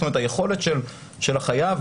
כלומר היכולת של החייב,